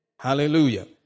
Hallelujah